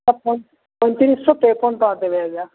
ପ ପଇଁତିରିଶ ତେପନ ଟଙ୍କା ଦେବେ ଆଜ୍ଞା